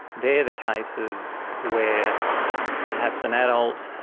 they're the cases where perhaps an adult,